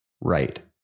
right